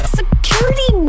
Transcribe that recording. security